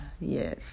yes